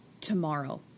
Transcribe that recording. tomorrow